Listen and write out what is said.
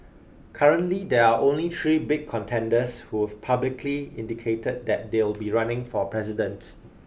currently there are only three big contenders who've publicly indicated that they'll be running for president